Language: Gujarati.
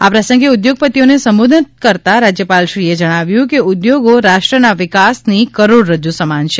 આ પ્રસંગે ઉદ્યોગપતિઓને સંબોધતા રાજ્યપાલ શ્રીએ જણાવ્યું હતું કે ઉદ્યોગો રાષ્ટ્રના વિકાસની કરોડરજ્જુ સમાન છે